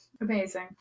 Amazing